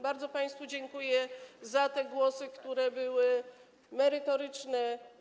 Bardzo państwu dziękuję za te głosy, które były merytoryczne.